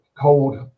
cold